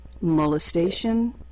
molestation